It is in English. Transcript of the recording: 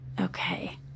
Okay